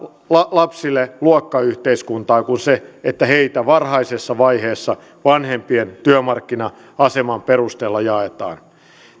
lapsia luokkayhteiskuntaan kuin että heitä varhaisessa vaiheessa vanhempien työmarkkina aseman perusteella jaetaan